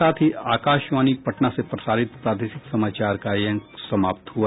इसके साथ ही आकाशवाणी पटना से प्रसारित प्रादेशिक समाचार का ये अंक समाप्त हुआ